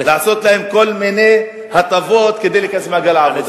לעשות להם כל מיני הטבות כדי להיכנס למעגל העבודה.